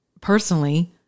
personally